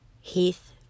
Heath